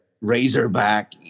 Razorback